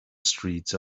streets